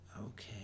Okay